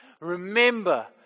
Remember